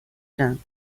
done